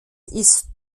ist